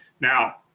Now